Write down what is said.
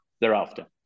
thereafter